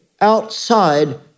outside